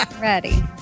Ready